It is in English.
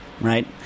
right